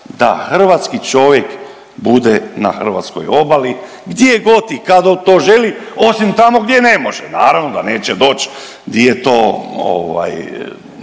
da hrvatski čovjek bude na hrvatskoj obali gdje god i kad on to želi osim tamo gdje ne može. Naravno da neće doći di je to